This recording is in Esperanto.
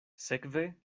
sekve